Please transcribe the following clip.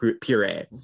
puree